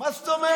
מה זאת אומרת?